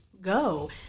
go